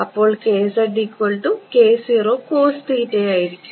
അപ്പോൾ ആയിരിക്കും